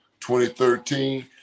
2013